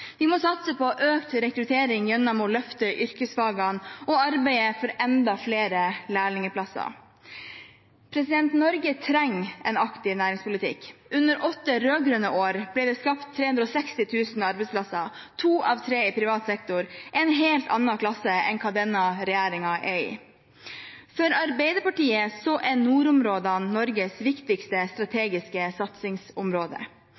Vi må satse på økt rekruttering gjennom å løfte yrkesfagene og arbeide for enda flere lærlingplasser. Norge trenger en aktiv næringspolitikk. Under åtte rød-grønne år ble det skapt 360 000 arbeidsplasser, to av tre i privat sektor – en helt annen klasse enn hva denne regjeringen er i. For Arbeiderpartiet er nordområdene Norges viktigste